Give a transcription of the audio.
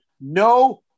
no